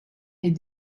est